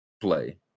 play